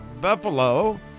Buffalo